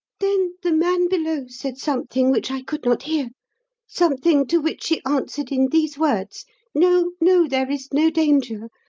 then the man below said something which i could not hear something to which she answered in these words no, no there is no danger.